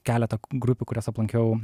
keletą grupių kurias aplankiau